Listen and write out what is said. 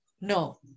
no